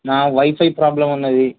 నా wifi problem ఉన్నాది